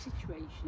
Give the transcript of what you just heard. situation